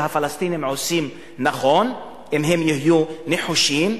שהפלסטינים עושים נכון אם הם יהיו נחושים,